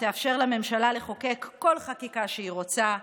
שתאפשר לממשלה לחוקק כל חקיקה שהיא רוצה,